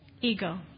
Ego